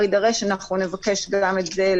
אני מתכבד לפתוח את הדיון בהצעת חוק סמכויות מיוחדות